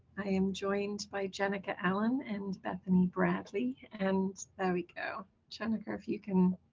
i am joined by jenica allen and bethany bradley and there we go jenica if you can